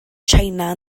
china